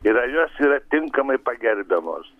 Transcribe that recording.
ir ar jos yra tinkamai pagerbiamos